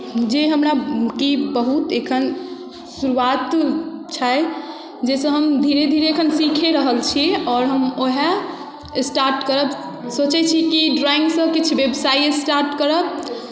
जे हमरा की बहुत एखन शुरूआत छै जाहिसँ हम धीरे धीरे एखन सीखे रहल छी आओर हम उएह स्टार्ट करब सोचै छी कि ड्रॉइंगसँ किछु व्यवसाय स्टार्ट करब